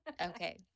Okay